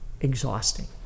exhausting